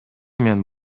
мен